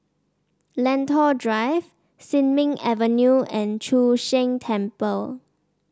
Lentor Drive Sin Ming Avenue and Chu Sheng Temple